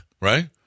right